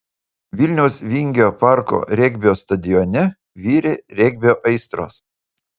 vilniaus vingio parko regbio stadione virė regbio aistros